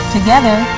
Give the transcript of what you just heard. Together